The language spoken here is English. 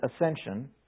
ascension